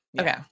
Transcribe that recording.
Okay